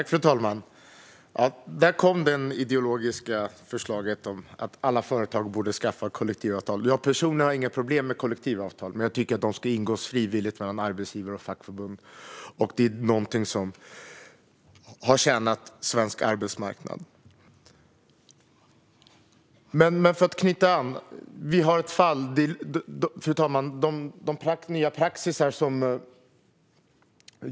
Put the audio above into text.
Fru talman! Där kom det ideologiska förslaget att alla företag bör ha kollektivavtal. Jag har personligen inget problem med kollektivavtal, men jag tycker att de ska ingås frivilligt mellan arbetsgivare och fackförbund. Det är något som har tjänat svensk arbetsmarknad väl. Fru talman!